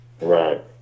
Right